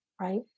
Right